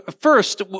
first